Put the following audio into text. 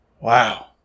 Wow